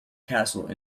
castle